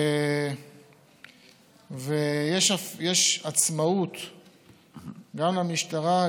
יש עצמאות גם למשטרה,